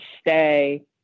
stay